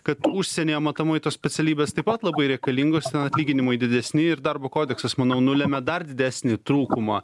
kad užsienyje matomai tos specialybės taip pat labai rekalingos atlyginimai didesni ir darbo kodeksas manau nulemia dar didesnį trūkumą